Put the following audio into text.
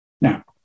Now